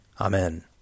Amen